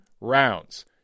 rounds